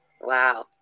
wow